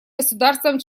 государствам